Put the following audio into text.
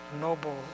noble